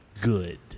good